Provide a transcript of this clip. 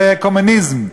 זה קומוניזם.